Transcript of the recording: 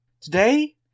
Today